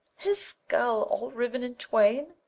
his skull all riven in twain!